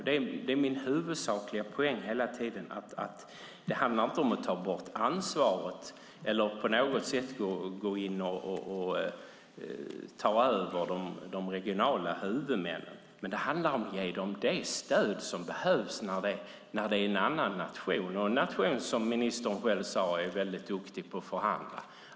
Det är min huvudsakliga poäng: Det handlar inte om att gå in och ta över ansvaret från de regionala huvudmännen, utan det handlar om att ge dem det stöd som behövs när det är fråga om en annan nation och en nation, som ministern själv sade, som är väldigt duktig på att förhandla.